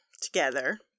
together